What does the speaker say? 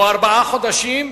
או ארבעה חודשים,